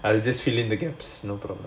I will just fill in the gaps no problem